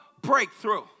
Breakthrough